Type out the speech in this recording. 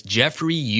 Jeffrey